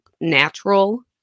natural